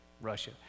Russia